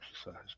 exercise